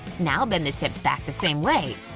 now bend the tip back the same way.